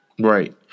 Right